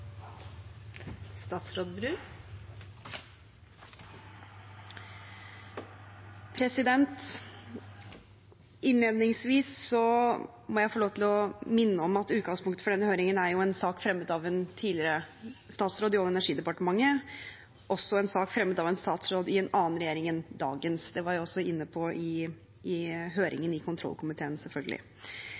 statsråd i Olje- og energidepartementet, og også en sak fremmet av en statsråd i en annen regjering enn dagens. Det var jeg selvfølgelig også inne på i høringen i